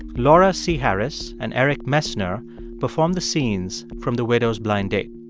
laura c. harris and eric messner performed the scenes from the widow's blind date.